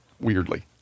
weirdly